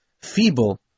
feeble